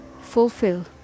fulfill